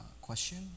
question